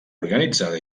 organitzada